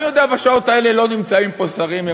אני יודע שבשעות האלה לא נמצאים פה שרים.